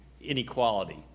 inequality